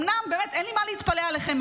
אומנם באמת אין לי מה להתפלא עליכם,